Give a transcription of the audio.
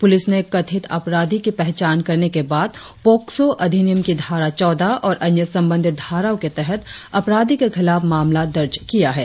police ने कथित अपराधी की पहचान करने के बाद पोक्सो अधिनियम की धारा चौदह और अन्य संबंधित धाराओ के तहत अपराधी के खिलाफ मामला दर्ज किया है